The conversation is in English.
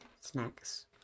snacks